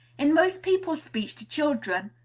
in most people's speech to children,